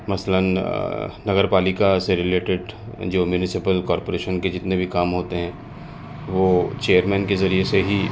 مثلاً نگر پالیکا سے رلیٹڈ جو میونسپل کارپوریشن کے جتنے بھی کام ہوتے ہیں وہ چیئر مین کے ذریعے سے ہی